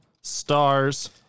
stars